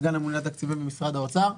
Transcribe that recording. סגן הממונה על התקציבים במשרד האוצר.